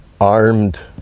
armed